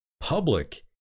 public